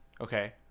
Okay